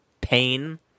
pain